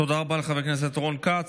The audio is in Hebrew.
תודה רבה לחבר הכנסת רון כץ.